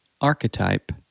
archetype